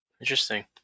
Interesting